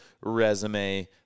resume